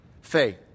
faith